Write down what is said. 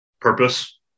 purpose